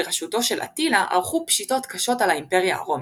בראשותו של אטילה ערכו פשיטות קשות על האימפריה הרומית.